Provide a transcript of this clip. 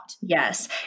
Yes